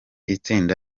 itsinda